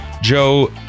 Joe